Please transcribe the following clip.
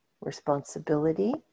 responsibility